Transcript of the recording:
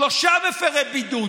שלושה מפירי בידוד.